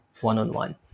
one-on-one